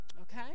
Okay